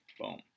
Boom